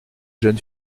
jeune